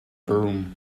broom